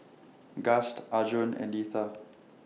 Gust Arjun and Letha